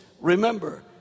remember